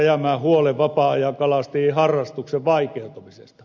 rajamäen huolen vapaa ajan kalastajien harrastuksen vaikeutumisesta